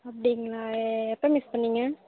அப்படிங்களா எப்போ மிஸ் பண்ணீங்க